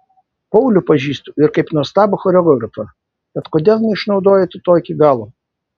paulių pažįstu ir kaip nuostabų choreografą tad kodėl neišnaudojote to iki galo